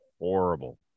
horrible